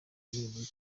muri